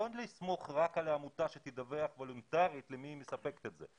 לא לסמוך רק על העמותה שתדווח וולנטרית למי היא מספקת את זה.